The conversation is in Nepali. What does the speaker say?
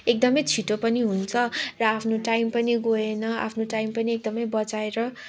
एकदमै छिटो पनि हुन्छ र आफ्नो टाइम पनि गएन आफ्नो टाइम पनि एकदमै बचाएर